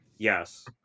yes